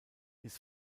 his